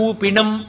pinam